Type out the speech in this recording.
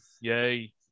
yay